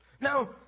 Now